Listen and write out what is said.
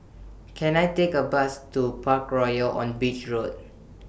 Can I Take A Bus to Parkroyal on Beach Road